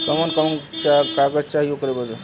कवन कवन कागज चाही ओकर बदे?